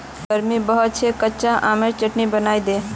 गर्मी बहुत छेक कच्चा आमेर चटनी बनइ दे